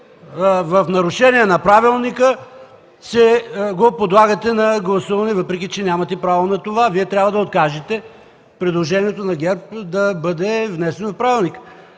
в нарушение на правилника го подлагате на гласуване, въпреки че нямате право на това. Вие трябва да откажете предложението на ГЕРБ, то да бъде внесено по правилника.